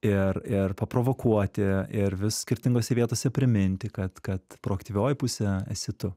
ir ir paprovokuoti ir vis skirtingose vietose priminti kad kad proaktyvioji pusė esi tu